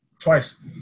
Twice